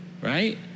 right